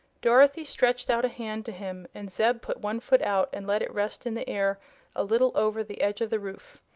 dorothy stretched out a hand to him and zeb put one foot out and let it rest in the air a little over the edge of the roof.